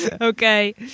Okay